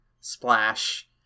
Splash